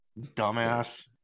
Dumbass